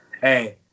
hey